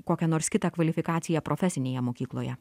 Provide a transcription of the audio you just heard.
kokią nors kitą kvalifikaciją profesinėje mokykloje